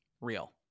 Real